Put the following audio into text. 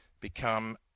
become